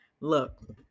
Look